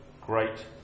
great